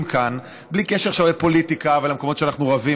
כאן בלי קשר עכשיו לפוליטיקה ולמקומות שאנחנו רבים.